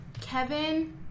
Kevin